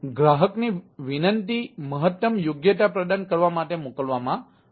ગ્રાહકની વિનંતી મહત્તમ યોગ્યતા પ્રદાન કરવા માટે મોકલવામાં આવે છે